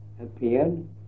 appeared